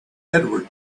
edward